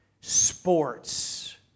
sports